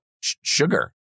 sugar